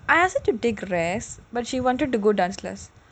I ask her to take rest but she wanted to go dance class